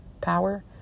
power